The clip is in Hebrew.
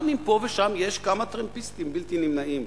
גם אם פה ושם יש כמה טרמפיסטים בלתי נמנעים.